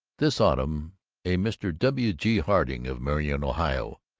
this autumn a mr. w. g. harding, of marion, ohio,